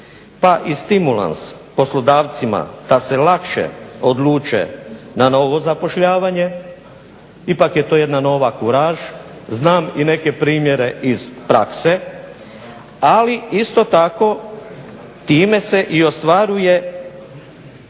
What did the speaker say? pa i stimulans poslodavcima da se lakše odluče na novo zapošljavanje, ipak je to jedna nova kuraž. Znam i neke primjere iz prakse, ali isto tako time se i ostvaruje